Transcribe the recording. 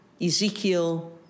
Ezekiel